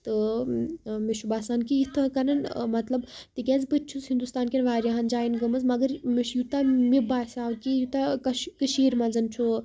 تہٕ مےٚ چھُ باسان کہِ یِتھَے کٔنۍ مطلب تِکیٛازِ بہٕ تہِ چھُس ہِندوستان کٮ۪ن وارِیاہَن جایَن گٔمٕژ مگر مےٚ چھِ یوٗتاہ مےٚ باسیٛاو کہِ یوٗتاہ کٔش کٔشیٖرِ منٛز چھُ